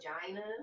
vagina